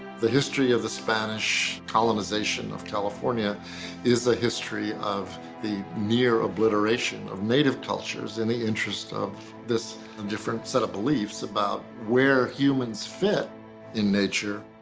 the history of the spanish colonization of california is the history of the near obliteration of native cultures in the interest of this and different set of beliefs about where humans fit in nature.